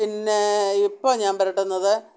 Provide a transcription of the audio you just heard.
പിന്നേ ഇപ്പോൾ ഞാന് പുരട്ടുന്നത്